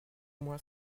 moins